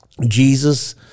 Jesus